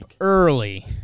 early